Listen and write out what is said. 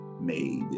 made